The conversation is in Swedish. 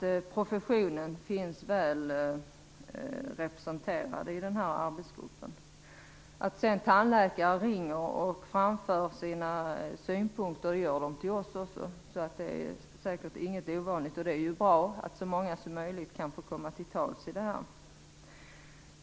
Professionen är alltså väl representerad i arbetsgruppen. Att sedan tandläkare ringer och framför sina synpunkter är säkert inte någonting ovanligt. Det gör de till oss också. Det är ju bra att så många som möjligt kan få komma till tals.